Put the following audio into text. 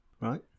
right